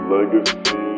Legacy